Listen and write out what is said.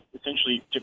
essentially